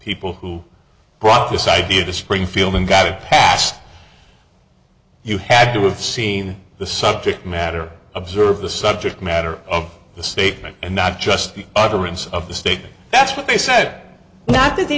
people who brought this idea to springfield and got it passed you had to have seen the subject matter observe the subject matter of the statement and not just the utterance of the state that's what they said that th